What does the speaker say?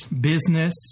business